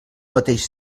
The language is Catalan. mateix